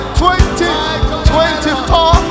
2024